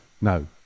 No